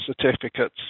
certificates